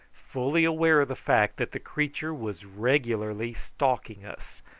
fully aware of the fact that the creature was regularly stalking us,